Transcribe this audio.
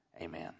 Amen